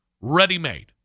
ready-made